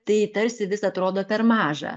tai tarsi vis atrodo per maža